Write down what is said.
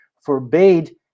forbade